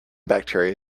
bacteria